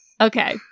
Okay